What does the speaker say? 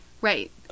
Right